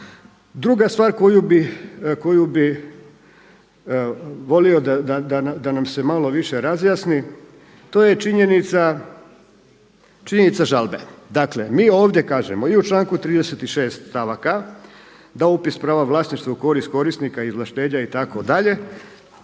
Druga stvar koju bi volio da nam se malo više razjasni to je činjenica, činjenica žalbe. Dakle mi ovdje kažemo i u članku 36, stavaka da upis prava vlasništva u korist korisnika izvlaštenja itd.,